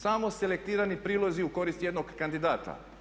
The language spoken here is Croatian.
Samo selektirani prilozi u korist jednog kandidata.